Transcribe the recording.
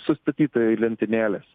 sustatyta į lentynėles